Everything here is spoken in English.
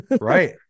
Right